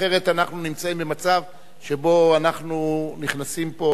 אחרת אנחנו נמצאים במצב שבו אנחנו נכנסים פה,